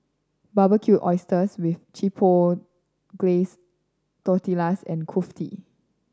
Barbecued Oysters with Chipotle Glaze Tortillas and Kulfi